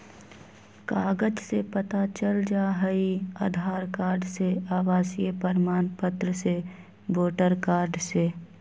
कागज से पता चल जाहई, आधार कार्ड से, आवासीय प्रमाण पत्र से, वोटर कार्ड से?